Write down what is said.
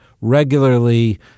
regularly